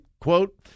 Quote